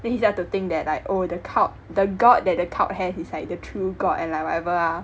then he start to think that like oh the cult the god that the cult have is like the true god and like whatever ah